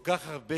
כל כך הרבה